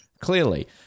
clearly